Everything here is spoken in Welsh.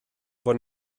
fod